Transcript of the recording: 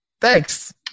thanks